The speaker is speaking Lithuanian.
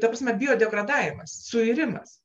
ta prasme biodegradavimas suirimas